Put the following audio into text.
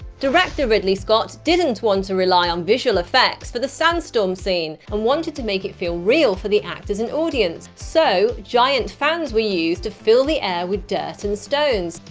director ridley scott didn't want to rely on visual effects for the sandstorm scene, and wanted to make it feel real for the actors and audience, so giant fans were used to fill the air with dirt and small stones.